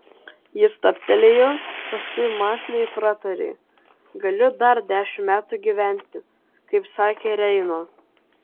ji stabtelėjo paskui mąsliai pratarė galiu dar dešimt metų gyventi kaip sakė reino